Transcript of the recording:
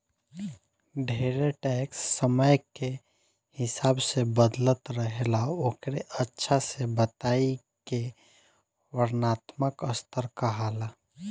ढेरे टैक्स समय के हिसाब से बदलत रहेला ओकरे अच्छा से बताए के वर्णात्मक स्तर कहाला